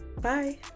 Bye